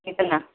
कितना